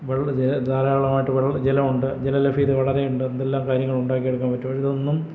വെള്ള ജല ധാരാളമായിട്ട് വെള്ള ജലം ഉണ്ട് ജലലഭ്യത വളരെയുണ്ട് എന്തെല്ലാം കാര്യങ്ങളുണ്ടാക്കിയെടുക്കാൻ പറ്റും ഇതൊന്നും